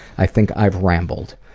i think i've rambled.